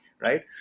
Right